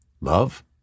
love